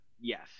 yes